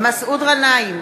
מסעוד גנאים,